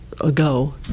ago